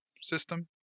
system